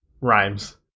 rhymes